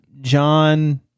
John